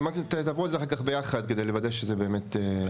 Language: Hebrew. תעברו על זה אחר כך ביחד כדי לוודא שזה באמת מסודר.